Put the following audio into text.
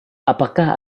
apakah